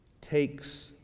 takes